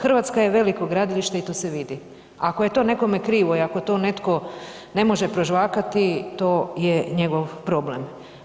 Hrvatska je veliko gradilište i to se vidi, ako je to nekome krivo i ako to netko ne može prožvakati to je njegov problem.